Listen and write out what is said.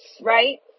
right